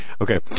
Okay